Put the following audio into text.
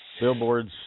Billboards